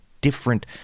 different